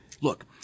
Look